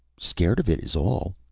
scared of it is all.